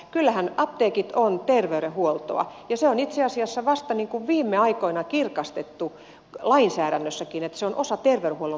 kyllähän apteekit ovat terveydenhuoltoa ja se on itse asiassa vasta viime aikoina kirkastettu lainsäädännössäkin että ne ovat osa terveydenhuollon palveluja